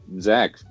Zach